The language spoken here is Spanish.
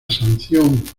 sanción